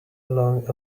along